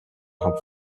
hub